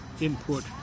input